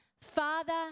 father